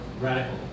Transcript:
radical